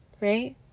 right